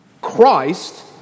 Christ